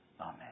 Amen